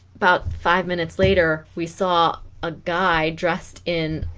about five minutes later we saw a guy dressed in